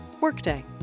Workday